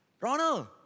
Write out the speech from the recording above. Ronald